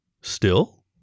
Still